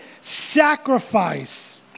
sacrifice